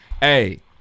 Hey